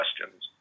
questions